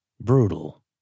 brutal